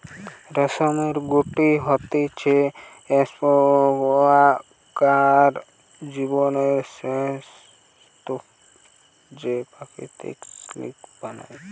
রেশমের গুটি হতিছে শুঁয়োপোকার জীবনের সেই স্তুপ যে প্রকৃত সিল্ক বানায়